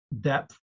depth